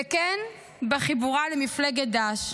וכן בחיבורה למפלגת ד"ש,